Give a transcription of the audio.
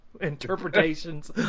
interpretations